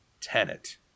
Tenet